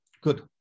Good